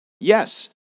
Yes